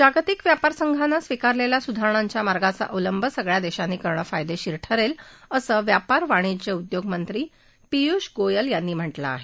जागतिक व्यापार संघाने स्वीकारलेल्या सुधारणेंच्या मार्गाचा अवलंब सगळया देशांनी करणं फायदेशीर ठरेल असं व्यापार वाणिज्य आणि उदयोगमंत्री पियूष गोयल यांनी म्हटलं आहे